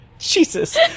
Jesus